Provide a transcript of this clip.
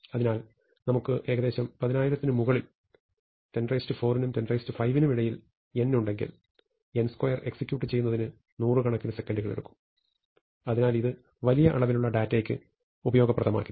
അതിനാൽ നമുക്ക് ഏകദേശം 10000 ന് മുകളിൽ 104 നും 105 നും ഇടയിൽ n ഉണ്ടെങ്കിൽ n2 എക്സിക്യൂട്ട് ചെയ്യുന്നതിന് നൂറുകണക്കിന് സെക്കൻഡുകൾ എടുക്കും അതിനാൽ ഇത് വലിയ അളവിലുള്ള ഡാറ്റയ്ക്ക് ഉപയോഗപ്രദമാകില്ല